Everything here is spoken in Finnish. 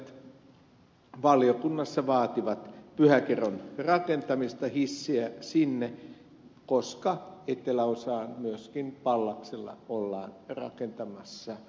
asiantuntijat valiokunnassa vaativat pyhäkeron rakentamista hissiä sinne koska eteläosaan myöskin pallaksella ollaan rakentamassa uutta